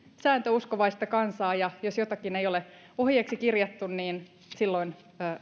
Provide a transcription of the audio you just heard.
sääntöuskovaista kansaa ja ja jos jotakin ei ole ohjeeksi kirjattu niin silloin